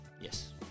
Yes